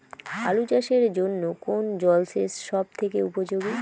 আলু চাষের জন্য কোন জল সেচ সব থেকে উপযোগী?